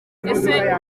ese